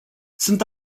sunt